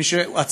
מי שהוא עצמאי,